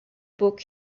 book